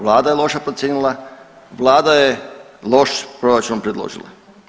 Vlada je loše procijenila, vlada je loš proračun predložila.